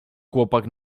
chłopak